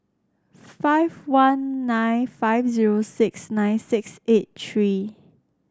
five one nine five zero six nine six eight three